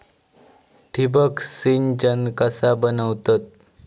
ठिबक सिंचन कसा बनवतत?